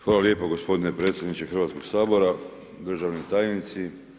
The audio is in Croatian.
Hvala lijepo gospodine predsjedniče Hrvatskog sabora, državni tajnici.